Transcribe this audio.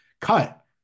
cut